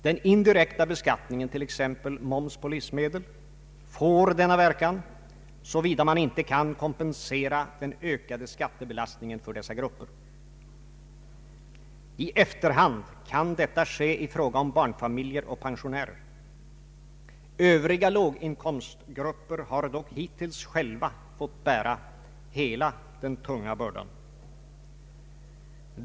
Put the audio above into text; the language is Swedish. Den indirekta beskattningen, t.ex. moms på livsmedel, får denna verkan, såvida man inte kan kompensera den ökade <skattebelastningen för dessa grupper. I efterhand kan detta ske i fråga om barnfamiljer och pensionärer. Övriga låginkomstgrupper har dock hittills själva fått bära hela den tunga bördan.